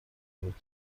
بود